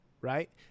right